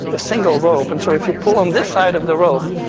a single rope. and so if you pull on this side of the rope,